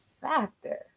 factor